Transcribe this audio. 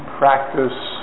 practice